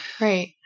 Right